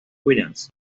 williams